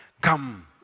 Come